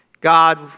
God